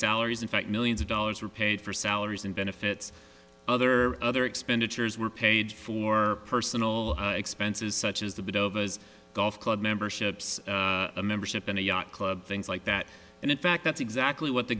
salaries in fact millions of dollars were paid for salaries and benefits other other expenditures were paid for personal expenses such as the bit of as golf club memberships a membership in a yacht club things like that and in fact that's exactly what the